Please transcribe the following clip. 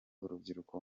urubyiruko